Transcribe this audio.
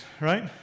right